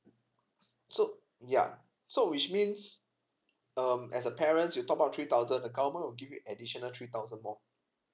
so ya so which means um as a parent you top up three thousand the government will give you additional three thousand more